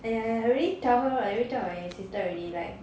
!aiya! ya I already tell her I already tell my sister already like